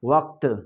وقت